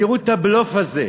תראו את הבלוף הזה.